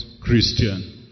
Christian